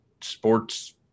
sports